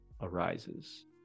arises